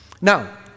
Now